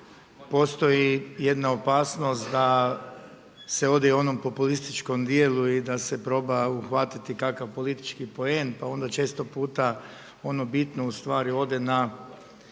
postoji jedna opasnost da se ode i u onom populističkom dijelu i da se proba uhvatiti kakav politički poen, pa onda često puta ono bitno u stvari ode na